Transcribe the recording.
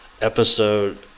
episode